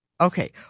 Okay